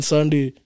Sunday